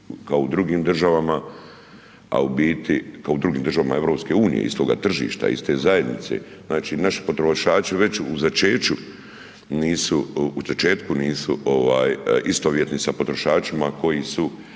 kao u drugim državama, a u biti, kao u drugim državama EU istoga tržišta, iste zajednice. Znači naši potrošači već u začeću nisu, u početku nisu ovaj istovjetni sa potrošačima koji su